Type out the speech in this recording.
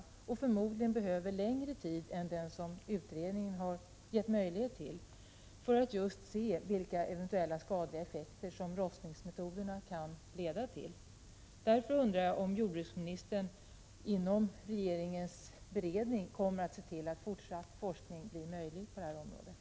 Det behövs förmodligen längre tid än den som utredningen 15 har gett möjlighet till, för att man skall kunna se vilka eventuella skadliga effekter som rostningsmetoderna kan leda till. Jag undrar därför om jordbruksministern vid regeringens beredning kommer att se till att fortsatt forskning blir möjlig på detta område.